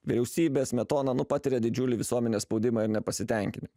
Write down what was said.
vyriausybė smetona nu patiria didžiulį visuomenės spaudimą ir nepasitenkinimą